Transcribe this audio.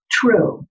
true